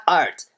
art